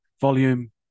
volume